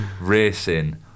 Racing